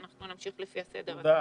תודה,